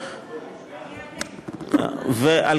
אני אענה.